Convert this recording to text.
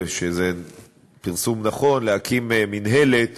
וזה פרסום נכון, להקים מינהלת